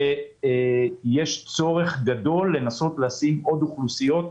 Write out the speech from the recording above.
שיש צורך גדול לנסות לקדם עוד אוכלוסיות,